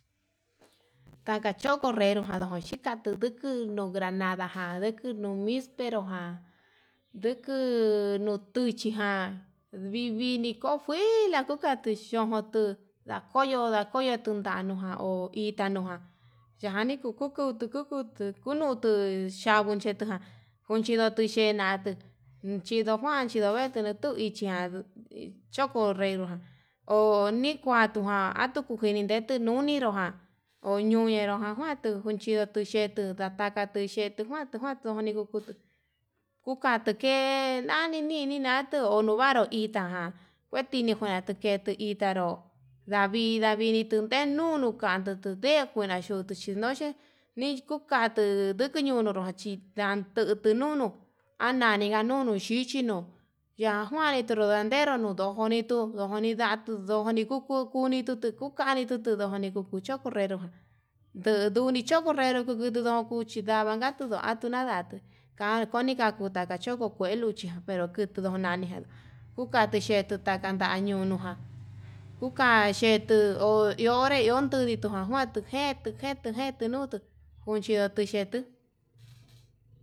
Taka chokonrero takan xhika tutu no'o granada, kanduku mispero ján nduku tuchi nuu tuchi ján, vivili kujuila tukanichón motuu ndakoyo ndakoyo tunda'a anujan ho itanuu ján yaniku ku kutu ku kutu kunutu xhavonijan kuxhido nuu yenantu, ndinojuan xhinoyete na'a tuu ichijan chokorero jan ho nikuatu ján tuku kinineti nuneró jan oñuñero ndakuanti tuu junchidu tuchetu ndaa ndajate yetuu kuandu, kuandu kukutu tujani kue nani nini na'a tuu olevaru itá tajankue ini kue tu itanru, ndavii ndavini tuu tenuu nunu kandutu nde'e kuena xhutu xhenoxhe nikukatu ndikeñuru chin ndan ndutu nunu ananiga nunu xhichi no'o, ya nguane tuu nonandero no'o ndojoni tuu ndojoni ndatuu ndojoni tu ndatutu, kukani tutu ndoni kuko chokurero nduu nduni choko nrero nduku niduu kuchi ndava'a, natudu anduu navatu ka koni kachuta ka choko kue luchi pero ndonani kukate chetuu ta'a tanduñu jan kuka xheto iho onré odun ndintu ján kuan tuu njetuu njetuu nutu tuxhedu tuxhetu.